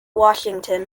washington